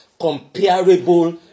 comparable